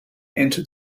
into